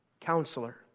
counselor